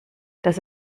dass